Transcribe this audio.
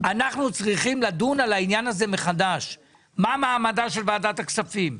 אנחנו צריכים לדון מחדש על מעמדה של ועדת הכספים,